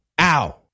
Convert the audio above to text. Ow